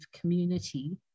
community